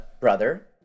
brother